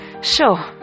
Sure